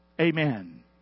amen